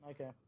Okay